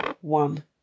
one